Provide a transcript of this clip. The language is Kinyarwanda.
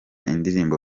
indirimbo